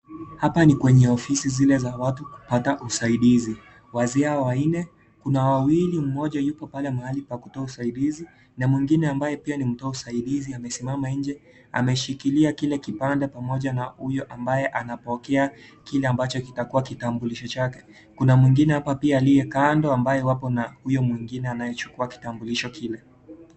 Hapa ni kwenye ofisi zile za watu kupata kusaidizi, wazia wanne, kuna wawili mmoja yuko pale mahali pa kutoa usaidizi, na mwingine ambaye pia ni mtoa usaidizi amesimama nje, ameshikilia kile kipanda pamoja na uyo ambaye anapokea kile ambacho kitakuwa kitambulisha chake. Kuna mwingine hapa pia aliye kando ambaye wapo na uyo mwingine anayechukua kitambulisho kile.